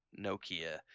Nokia